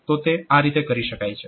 તો તે આ રીતે કરી શકાય છે